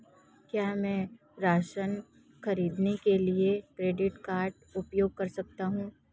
क्या मैं राशन खरीदने के लिए क्रेडिट कार्ड का उपयोग कर सकता हूँ?